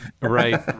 right